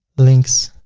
links.